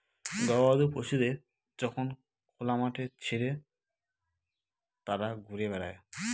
গবাদি পশুদের যখন খোলা মাঠে ছেড়ে তারা ঘুরে বেড়ায়